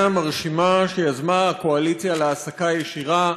המרשימה שיזמה הקואליציה להעסקה ישירה,